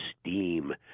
steam